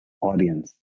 audience